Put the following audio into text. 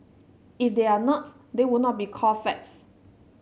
if they are not they would not be called facts